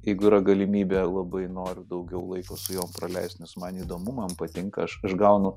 jeigu yra galimybė labai noriu daugiau laiko su jom praleist nes man įdomu man patinka aš aš gaunu